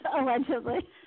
Allegedly